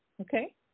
Okay